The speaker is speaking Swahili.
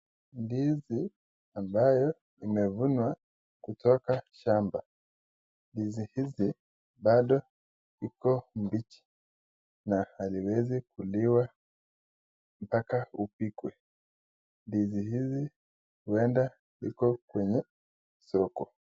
Ndizi ambayo imevunwa kutoka shamba. Ndizi hizi bado iko mbichi na haliwezi kuliwa mpaka ipikwe. Ndizi hizi huenda ziko kwenye soko.